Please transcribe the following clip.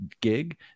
gig